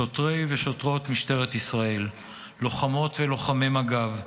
שוטרים ושוטרות במשטרת ישראל, לוחמות ולוחמי מג"ב,